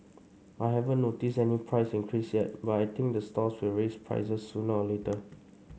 I haven't noticed any price increase yet but I think the stalls will raise prices sooner or later